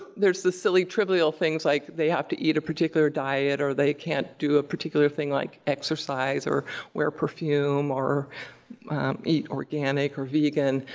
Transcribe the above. there's the silly trivial things like they have to eat a particular diet or they can't do a particular thing like exercise or wear perfume or eat organic or vegan,